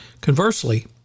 Conversely